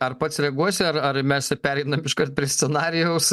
ar pats reaguosi ar ar mes pereinam iškart prie scenarijaus